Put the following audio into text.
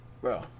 Bro